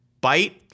bite